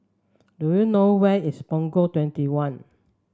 do you know where is Punggol Twenty one